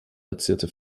verzierte